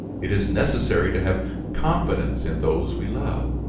it is necessary to have confidence in those we love.